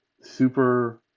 super